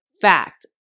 fact